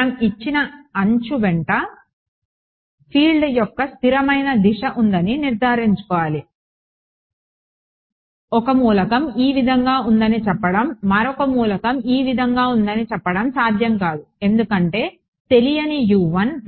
కాబట్టి మనం ఇచ్చిన అంచు వెంట ఫీల్డ్ యొక్క స్థిరమైన దిశ ఉందని నిర్ధారించుకోవాలి 1 మూలకం ఈ విధంగా ఉందని చెప్పడం మరొక మూలకం ఈ విధంగా ఉందని చెప్పడం సాధ్యం కాదు ఎందుకంటే తెలియని